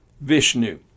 Vishnu